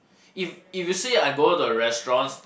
if if you say I go to restaurants